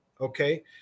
okay